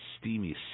steamy